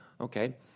Okay